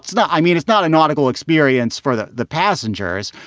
it's not i mean, it's not a nautical experience for the the passengers,